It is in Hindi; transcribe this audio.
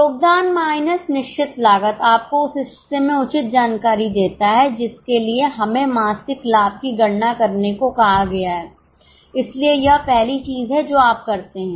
योगदान माइनस निश्चित लागत आपको उस हिस्से में उचित जानकारी देता है जिसके लिए हमें मासिक लाभ की गणना करने को कहा गया है इसलिए यह पहली चीज है जो आप करते हैं